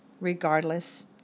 regardless